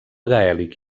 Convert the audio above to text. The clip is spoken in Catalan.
gaèlic